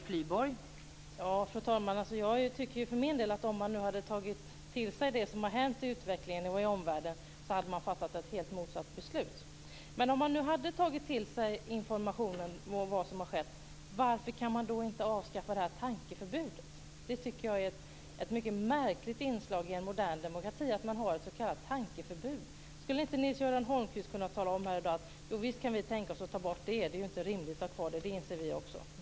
Fru talman! Jag tycker för min del att om man hade tagit till sig det som har hänt i utvecklingen och i omvärlden hade man fattat ett helt motsatt beslut. Om man har tagit till sig informationen om vad som har skett, varför kan man då inte avskaffa tankeförbudet? Jag tycker att det är ett mycket märkligt inslag i en modern demokrati att man har ett s.k. Skulle inte Nils-Göran Holmqvist kunna säga här i dag: Visst skulle vi kunna tänka oss att ta bort det. Det är inte rimligt att ha kvar det, det inser också vi.